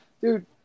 dude